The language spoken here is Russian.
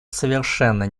совершенно